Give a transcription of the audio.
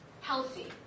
healthy